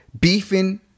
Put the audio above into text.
beefing